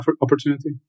opportunity